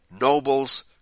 nobles